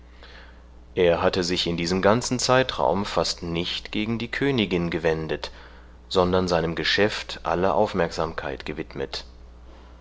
er hatte sich in diesem ganzen zeitraum fast nicht gegen die königin gewendet sondern seinem geschäft alle aufmerksamkeit gewidmet